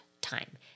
time